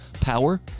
power